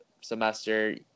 semester